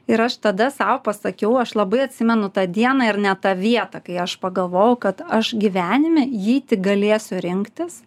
ir aš tada sau pasakiau aš labai atsimenu tą dieną ir net tą vietą kai aš pagalvojau kad aš gyvenime jei tik galėsiu rinktis